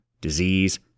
disease